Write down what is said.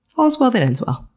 all's well that ends well.